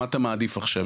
מה אתה מעדיף עכשיו,